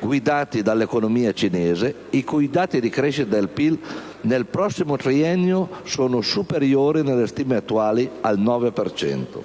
guidati dall'economia cinese, i cui dati di crescita del PIL nel prossimo triennio sono superiori nelle stime attuali al 9 per cento.